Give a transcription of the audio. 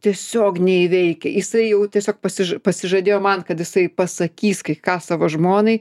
tiesiog neįveikia jisai jau tiesiog pasiž pasižadėjo man kad jisai pasakys kai ką savo žmonai